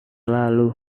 lalu